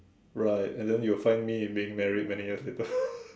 right and then you'll find me being married many years later